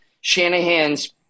Shanahan's